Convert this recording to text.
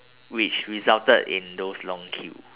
which resulted in those long queues